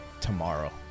tomorrow